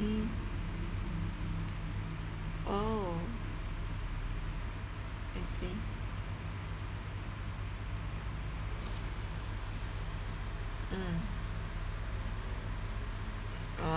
mm oh I see mm